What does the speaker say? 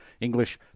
English